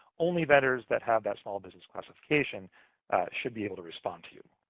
only vendors that have that small business classification should be able to respond to you.